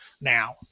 now